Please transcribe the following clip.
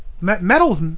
Metal's